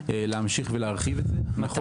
נוע